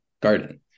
garden